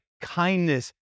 kindness